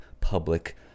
public